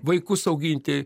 vaikus auginti